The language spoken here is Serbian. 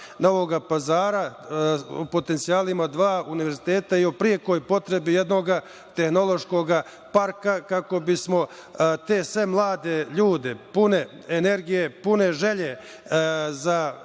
Novog Pazara, potencijalima dva univerziteta i o prekoj potrebi jednog tehnološkog parka, kako bismo te mlade ljude, pune energije, pune želje za